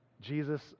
Jesus